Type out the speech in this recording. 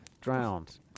Drowned